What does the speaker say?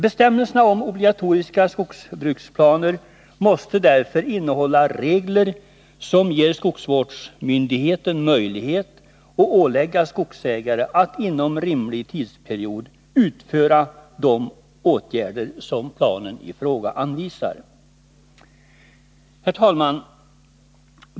Bestämmelserna om obligatoriska skogsbruksplaner måste därför innehålla regler som ger skogsvårdsmyndigheten möjlighet att ålägga skogsägare att inom rimlig tidsperiod utföra de åtgärder som planen i fråga anvisar. Herr talman!